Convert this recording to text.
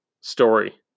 story